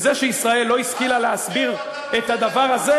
זה שישראל לא השכילה להסביר את הדבר הזה,